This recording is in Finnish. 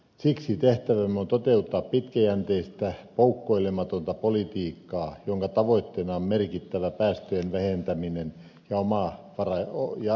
siksi tehtävämme on toteuttaa pitkäjänteistä poukkoilematonta politiikkaa jonka tavoitteena on merkittävä päästöjen vähentäminen ja energiaomavaraisuus